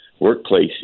workplace